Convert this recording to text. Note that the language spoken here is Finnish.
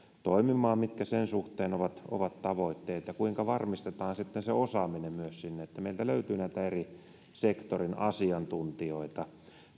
toimimaan mitkä sen suhteen ovat ovat tavoitteet ja kuinka varmistetaan sitten osaaminen myös sinne että meiltä löytyy näitä eri sektorien asiantuntijoita